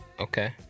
okay